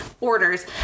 orders